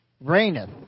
reigneth